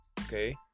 okay